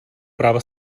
práva